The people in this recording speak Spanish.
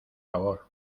favor